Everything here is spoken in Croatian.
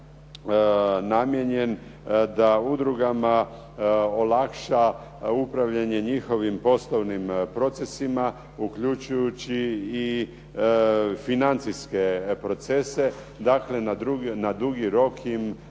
namijenjen da udrugama olakša upravljanje njihovim poslovnim procesima, uključujući i financijske procese, dakle na dugi rok im